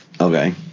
Okay